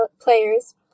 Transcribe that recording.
players